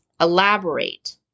Elaborate